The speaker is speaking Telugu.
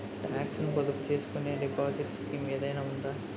టాక్స్ ను పొదుపు చేసుకునే డిపాజిట్ స్కీం ఏదైనా ఉందా?